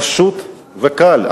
פשוט וקל.